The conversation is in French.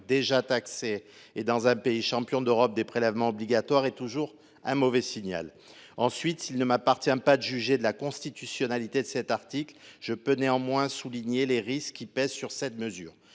déjà taxé, dans un pays qui est champion d’Europe des prélèvements obligatoires, est un mauvais signal. Ensuite, s’il ne m’appartient pas de juger de la constitutionnalité de cet article, je peux néanmoins souligner les risques qui pèsent sur cette mesure